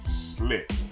slit